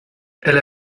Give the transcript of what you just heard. elle